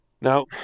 Now